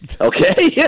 Okay